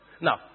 Now